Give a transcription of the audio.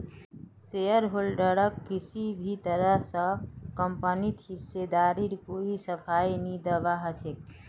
शेयरहोल्डरक किसी भी तरह स कम्पनीत हिस्सेदारीर कोई सफाई नी दीबा ह छेक